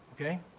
Okay